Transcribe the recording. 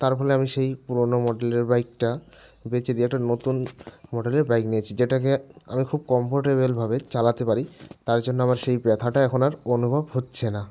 তার ফলে আমি সেই পুরনো মডেলের বাইকটা বেচে দিয়ে একটা নতুন মডেলের বাইক নিয়েছি যেটাকে আমি খুব কমফোর্টেবল ভাবে চালাতে পারি তাই জন্য আমার সেই ব্যথাটা এখন আর অনুভব হচ্ছে না